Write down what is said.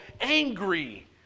angry